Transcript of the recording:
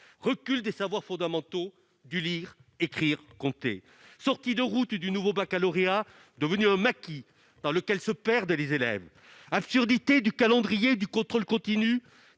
recul des savoirs fondamentaux, du « lire, écrire, compter »; sortie de route du nouveau baccalauréat, devenu un maquis dans lequel se perdent les élèves ; absurdité du calendrier du contrôle continu,